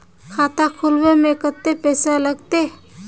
खाता खोलबे में कते पैसा लगते?